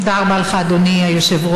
תודה רבה לך, אדוני היושב-ראש.